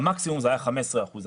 המקסימום היה 15 אחוזים.